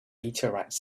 meteorites